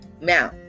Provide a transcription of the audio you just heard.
Now